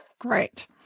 Great